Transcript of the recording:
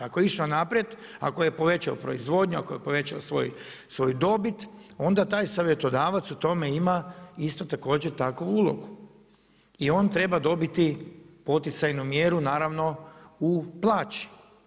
Ako je išao naprijed ako je povećao proizvodnju, ako je povećao svoju dobit, onda taj savjetodavac u tome ima isto također takvu ulogu i on treba dobiti poticajnu mjeru, naravno u plaći.